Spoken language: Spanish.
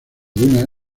una